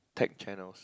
tech channels